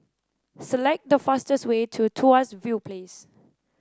select the fastest way to Tuas View Place